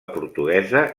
portuguesa